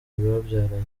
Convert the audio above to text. babyaranye